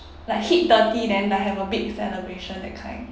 like hit thirty then like have a big celebration that kind